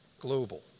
Global